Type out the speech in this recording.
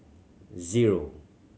zero